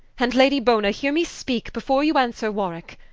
and lady bona, heare me speake, before you answer warwicke.